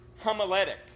homiletic